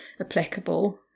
applicable